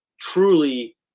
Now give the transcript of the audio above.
truly